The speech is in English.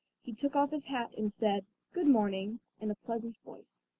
he took off his hat and said good morning in a pleasant voice.